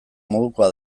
modukoa